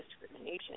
discrimination